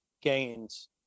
gains